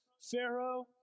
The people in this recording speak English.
Pharaoh